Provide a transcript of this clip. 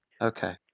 Okay